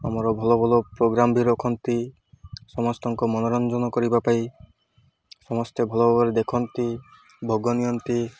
ଆମର ଭଲ ଭଲ ପ୍ରୋଗ୍ରାମ୍ ବି ରଖନ୍ତି ସମସ୍ତଙ୍କ ମନୋରଞ୍ଜନ କରିବା ପାଇଁ ସମସ୍ତେ ଭଲ ଭାବରେ ଦେଖନ୍ତି ଭୋଗ ନିଅନ୍ତି